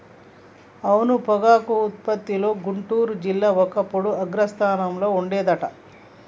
అవును పొగాకు ఉత్పత్తిలో గుంటూరు జిల్లా ఒకప్పుడు అగ్రస్థానంలో ఉండేది అంట